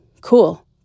cool